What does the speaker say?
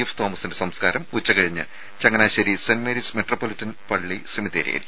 F തോമസിന്റെ സംസ്കാരം ഉച്ചകഴിഞ്ഞ് ചങ്ങനാശ്ശേരി സെന്റ് മേരീസ് മെത്രോപ്പൊലീത്തൻ പള്ളി സെമിത്തേരിയിൽ